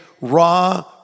raw